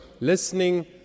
listening